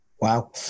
Wow